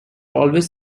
always